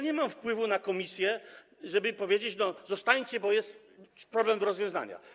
Nie mam wpływu na komisję, nie mogę powiedzieć: zostańcie, bo jest problem do rozwiązania.